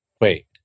Wait